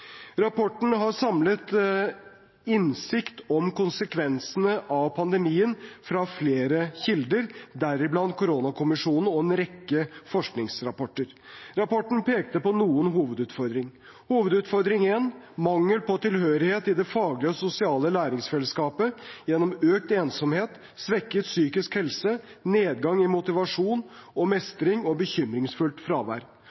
Rapporten har samlet innsikt om konsekvensene av pandemien fra flere kilder, deriblant koronakommisjonen og en rekke forskningsrapporter. Rapporten pekte på noen hovedutfordringer. Hovedutfordring én: mangel på tilhørighet i det faglige og sosiale læringsfellesskapet gjennom økt ensomhet, svekket psykisk helse, nedgang i motivasjon og mestring og bekymringsfullt fravær.